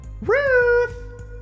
Ruth